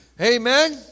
Amen